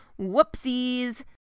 Whoopsies